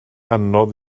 anodd